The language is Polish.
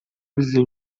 wizję